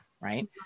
Right